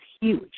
huge